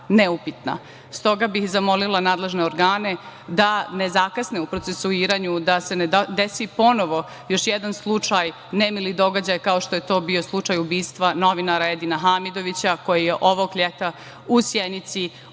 neupitna. Stoga bih zamolila nadležne organe da ne zakasne u procesuiranju, da se ne desi ponovo još jedan slučaj, nemili događaj, kao što je to bio slučaj ubistva novinara Edina Hamidovića koji je ovog leta mučki ubijen